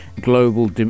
global